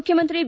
ಮುಖ್ಕಮಂತ್ರಿ ಬಿ